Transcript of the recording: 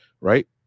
right